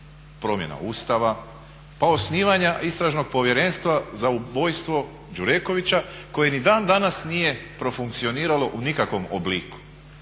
promjena Ustava pa osnivanja istražnog povjerenstva za ubojstvo Đurekovića koje ni dan danas nije profunkcioniralo u nikakvom obliku.